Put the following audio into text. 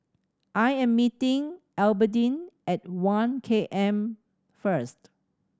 I am meeting Albertine at One K M first